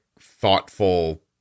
thoughtful